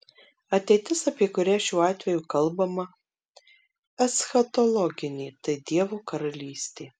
ateitis apie kurią šiuo atveju kalbama eschatologinė tai dievo karalystė